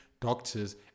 doctors